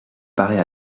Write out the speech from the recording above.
paraît